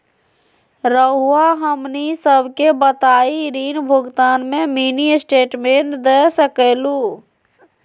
रहुआ हमनी सबके बताइं ऋण भुगतान में मिनी स्टेटमेंट दे सकेलू?